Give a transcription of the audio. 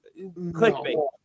clickbait